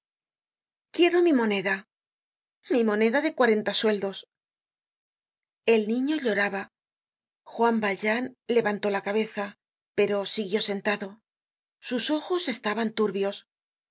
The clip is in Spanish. quiero mi moneda mi moneda de cuarenta sueldos el niño lloraba juan valjean levantó la cabeza pero siguió sentado sus ojos estában turbios